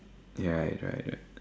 ya right